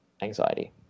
anxiety